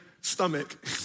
stomach